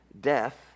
death